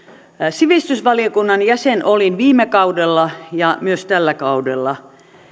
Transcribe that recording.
sivistysvaliokunnan jäsen viime kaudella ja olen myös tällä kaudella